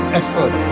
effort